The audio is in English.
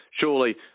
surely